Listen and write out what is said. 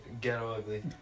Ghetto-ugly